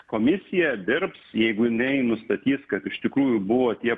komisija dirbs jeigu jinai nustatys kad iš tikrųjų buvo tie